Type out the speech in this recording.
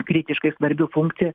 kritiškai svarbių funkcijų